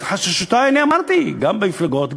את חששותי אני אמרתי גם במפלגות,